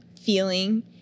feeling